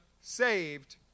saved